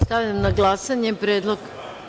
Stavljam na glasanje predlog.